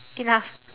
enough